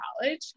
college